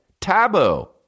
Taboo